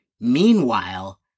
Meanwhile